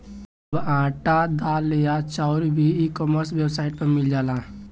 अब आटा, दाल या चाउर भी ई कॉमर्स वेबसाइट पर मिल जाइ